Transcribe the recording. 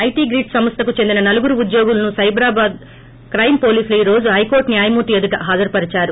IT grids సంస్లకు చెందిన నలుగురు ఉద్యోగులను సైబరాబాద్ కైమ్ పోలీసులు ఈ రోజు హైకోర్లు న్యాయమూర్తి ఎదుటి హాజరు పరిచారు